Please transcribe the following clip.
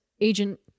agent